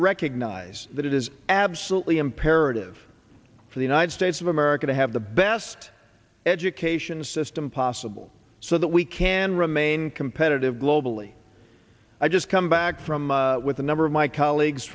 recognize that it is absolutely imperative for the united states of america to have the best education system possible so that we can remain competitive globally i just come back from with a number of my colleagues